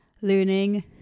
learning